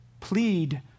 plead